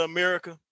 America